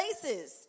places